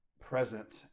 present